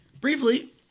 Briefly